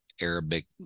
Arabic